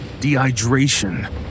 dehydration